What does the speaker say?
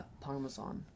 Parmesan